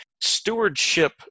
stewardship